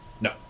No